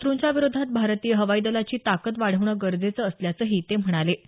शत्रूंच्या विरोधात भारतीय हवाई दलाची ताकद वाढवणं गरजेचं असल्याचंही ते म्हणाले